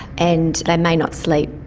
and they may not sleep,